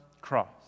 cross